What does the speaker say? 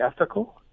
ethical